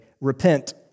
repent